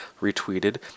retweeted